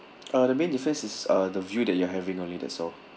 uh the main difference is uh the view that you are having only that's all